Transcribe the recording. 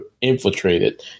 infiltrated